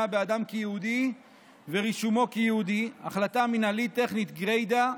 באדם כיהודי ורישומו כיהודי כהחלטה מינהלית טכנית גרידא,